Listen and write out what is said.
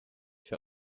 für